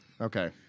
Okay